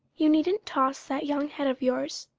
you needn't toss that young head of yours.